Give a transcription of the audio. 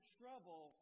trouble